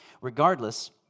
Regardless